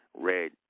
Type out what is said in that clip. red